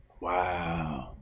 Wow